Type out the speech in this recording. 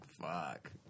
Fuck